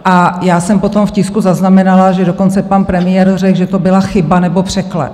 A já jsem potom v tisku zaznamenala, že dokonce pan premiér řekl, že to byla chyba nebo překlep.